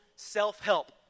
Self-help